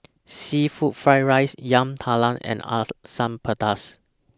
Seafood Fried Rice Yam Talam and Asam Pedas